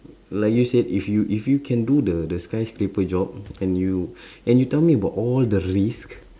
like you said if you if you can do the the skyscraper job and you and you tell me about all the risks